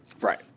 right